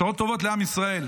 בשורות טובות לעם ישראל.